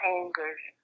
angers